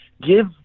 give